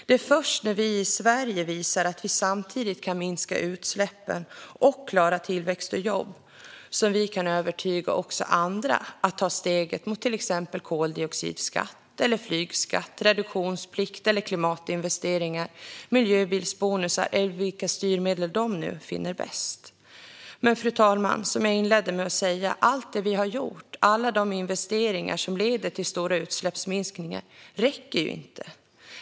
Det är först när vi i Sverige visar att vi samtidigt kan minska utsläppen och klara tillväxt och jobb som vi kan övertyga andra att ta steget mot till exempel koldioxidskatt, flygskatt, reduktionsplikt, klimatinvesteringar, miljöbilsbonusar eller vilka styrmedel de nu finner bäst. Men, fru talman, som jag inledde med att säga: Allt det vi har gjort, alla de investeringar som leder till stora utsläppsminskningar, räcker inte.